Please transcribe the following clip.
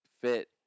fit